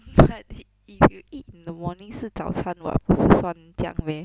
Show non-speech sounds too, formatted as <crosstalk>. but <laughs> if you eat in the morning 是早餐 [what] 不是算这样 meh